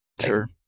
sure